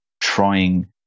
trying